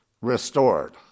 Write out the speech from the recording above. restored